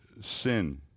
sin